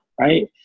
right